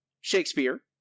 Shakespeare